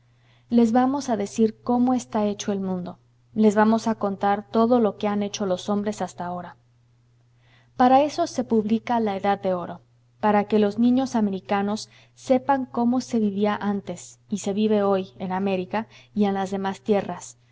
les vamos a decir cómo está hecho el mundo les vamos a contar todo lo que han hecho los hombres hasta ahora para eso se publica la edad de oro para que los niños americanos sepan cómo se vivía antes y se vive hoy en américa y en las demás tierras